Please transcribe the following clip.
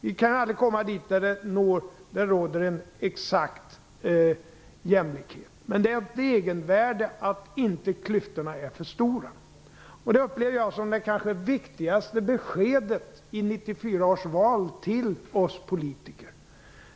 Vi kan aldrig komma dithän att det råder en exakt jämlikhet, men det är ett egenvärde att inte klyftorna är för stora. Det upplevde jag som det kanske viktigaste beskedet till oss politiker i 1994 års val.